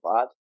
bad